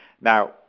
Now